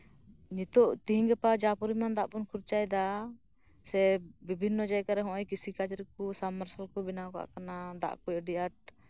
ᱱᱤᱛᱚᱜ ᱛᱮᱦᱤᱧ ᱜᱟᱯᱟ ᱡᱟ ᱯᱚᱨᱤᱢᱟᱱ ᱫᱟᱜ ᱵᱚᱱ ᱠᱷᱚᱨᱪᱟᱭᱮᱫᱟ ᱥᱮ ᱵᱤᱵᱷᱤᱱᱱᱚ ᱡᱟᱭᱜᱟᱨᱮ ᱠᱤᱨᱤᱥᱤ ᱠᱟᱡ ᱨᱮ ᱥᱟᱵᱢᱟᱨᱥᱟᱞ ᱠᱚ ᱵᱮᱱᱟᱣ ᱠᱟᱜ ᱠᱟᱱᱟ ᱫᱟᱜ ᱟ ᱰᱤ ᱟᱸᱴ